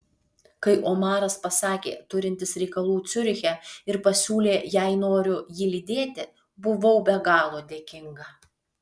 kai omaras pasakė turintis reikalų ciuriche ir pasiūlė jei noriu jį lydėti buvau be galo dėkinga